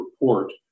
report